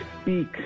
speak